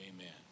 Amen